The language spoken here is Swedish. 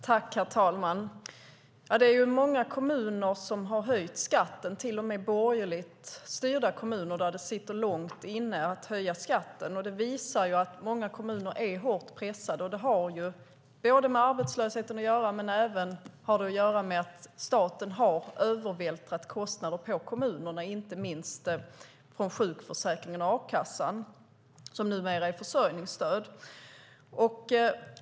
Herr talman! Det är många kommuner som har höjt skatten - till och med borgerligt styrda kommuner där det sitter långt inne att höja skatten. Det visar att många kommuner är hårt pressade. Det har inte bara med arbetslösheten att göra utan även med att staten har övervältrat kostnader på kommunerna, inte minst från sjukförsäkringen och a-kassan som numera är försörjningsstöd.